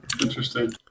interesting